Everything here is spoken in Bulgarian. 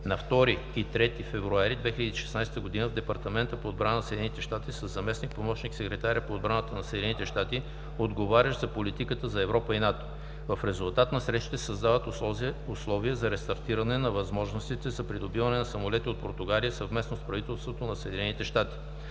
на 2 и 3 февруари 2016 г. в Департамента по отбрана на САЩ със заместник-помощник секретаря по отбраната на САЩ, отговарящ за политиката за Европа и НАТО. В резултат на срещите се създават условия за рестартиране на възможностите за придобиване на самолети от Португалия съвместно с правителството на САЩ; - на